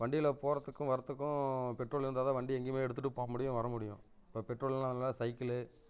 வண்டியில் போகிறத்துக்கும் வரத்துக்கும் பெட்ரோல் இருந்தால் தான் வண்டி எங்கேயிமே எடுத்துட்டு போக முடியும் வர முடியும் இப்போ பெட்ரோல் இல்லாததனால சைக்கிளு